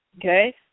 Okay